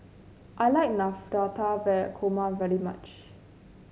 I like Navratan Korma very much